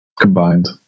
combined